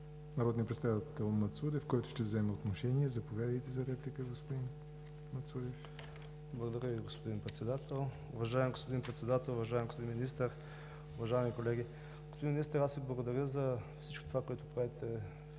народния представител Мацурев, който ще вземе отношение. Заповядайте за реплика, господин Мацурев. АЛЕКСАНДЪР МАЦУРЕВ (ГЕРБ): Благодаря Ви, господин Председател. Уважаеми господин Председател, уважаеми господин Министър, уважаеми колеги! Господин Министър, аз Ви благодаря за всичко това, което правите в сектор